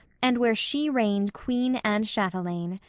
and where she reigned queen and chatelaine.